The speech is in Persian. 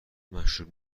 مشروب